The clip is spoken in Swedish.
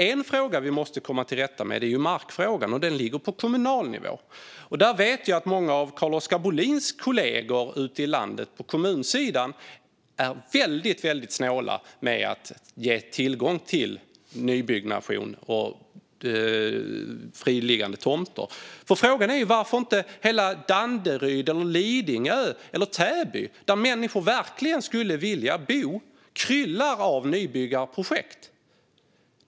En fråga vi måste komma till rätta med är markfrågan. Den ligger på kommunal nivå. Där vet jag att många av Carl-Oskar Bohlins kolleger ute i landet på kommunsidan är väldigt snåla med att ge tillgång till nybyggnation och friliggande tomter. Frågan är varför inte hela Danderyd, Lidingö eller Täby, där människor verkligen skulle vilja bo, kryllar av nybyggarprojekt.